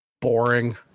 boring